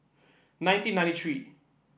nineteen ninety three